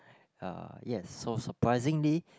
uh yes so surprisingly